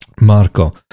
Marco